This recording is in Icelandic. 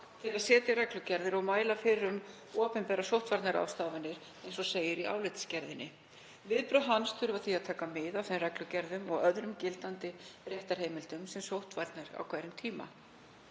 að setja reglugerðir og mæla fyrir um opinberar sóttvarnaráðstafanir, eins og segir í álitsgerðinni. Viðbrögð hans þurfa því að taka mið af reglugerðum og öðrum gildandi réttarheimildum um sóttvarnir á hverjum tíma